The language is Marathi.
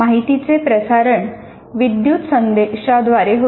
माहितीचे प्रसारण विद्युत संदेशांद्वारे होते